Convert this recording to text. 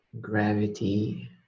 gravity